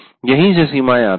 यहीं से सीमाएं आती हैं